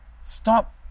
Stop